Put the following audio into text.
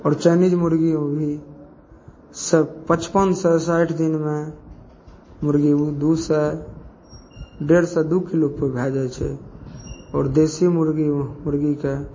आओर चाइनीज मुरगी ओहो भी से पचपनसे साठि दिनमे मुरगी दुइसे डेढ़से दुइ किलोके भै जाइ छै आओर देसी मुरगी ओ मुरगीके